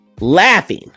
laughing